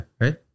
right